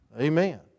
Amen